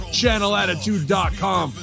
channelattitude.com